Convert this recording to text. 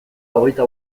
hogeita